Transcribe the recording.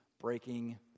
breaking